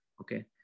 Okay